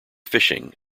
fishing